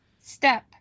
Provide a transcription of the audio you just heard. step